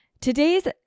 Today's